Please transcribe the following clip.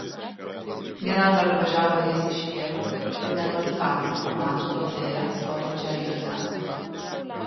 vienąkart važiavo jis iš vievio ir netoli kapinių pamatė duobėje stovinčią juzę